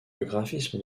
graphisme